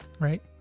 right